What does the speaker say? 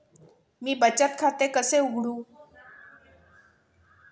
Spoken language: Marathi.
मी बचत खाते कसे उघडू?